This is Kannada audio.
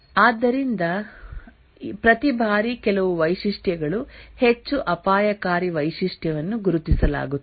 ಆದ್ದರಿಂದ ಪ್ರತಿ ಬಾರಿ ಕೆಲವು ವೈಶಿಷ್ಟ್ಯಗಳು ಹೆಚ್ಚು ಅಪಾಯಕಾರಿ ವೈಶಿಷ್ಟ್ಯವನ್ನು ಗುರುತಿಸಲಾಗುತ್ತದೆ